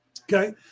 Okay